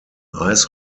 ice